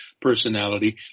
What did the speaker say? personality